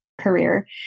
career